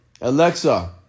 Alexa